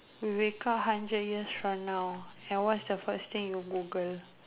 because hundred years from now what's the first thing you Google